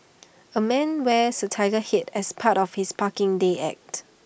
A man wears A Tiger Head as part of his parking day act